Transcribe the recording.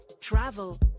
Travel